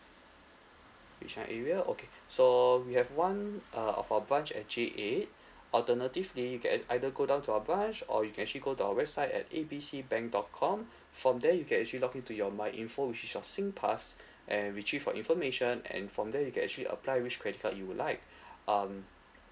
bishan area okay so we have one uh of our bunch at J eight alternatively you can either go down to our branch or you can actually go to our website at A B C bank dot com from there you can actually log in to your my info which is your singpass and retrieve your information and from there you can actually apply which credit card you would like um